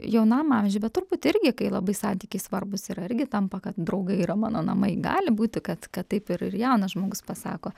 jaunam amžiui bet turbūt irgi kai labai santykiai svarbūs yra irgi tampa kad draugai yra mano namai gali būti kad kad taip ir jaunas žmogus pasako